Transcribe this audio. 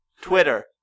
Twitter